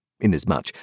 inasmuch